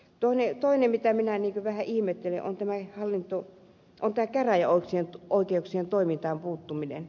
toinen asia mitä minä vähän ihmettelen on käräjäoikeuksien toimintaan puuttuminen